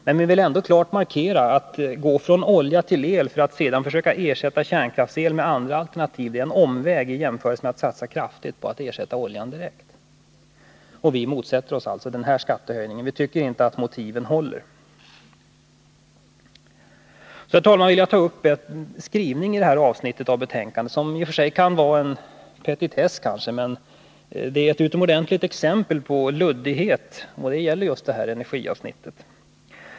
Men vi vill klart markera att detta att gå från olja till el för att sedan försöka ersätta kärnkraftsel med andra alternativ är en omväg i jämförelse med att satsa kraftigt på att direkt ersätta oljan. Vi motsätter oss alltså den här skattehöjningen. Vi tycker inte att motiven för den håller. Så, herr talman, vill jag ta upp en skrivning i detta avsnitt av betänkandet som i och för sig kan anses vara en petitess men som är ett utomordentligt exempel på luddighet.